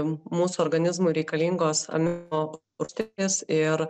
mūsų organizmui reikalingos amino rūgšties ir